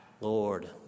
Lord